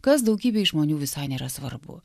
kas daugybei žmonių visai nėra svarbu